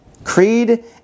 creed